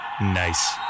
Nice